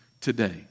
today